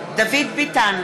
דוד ביטן,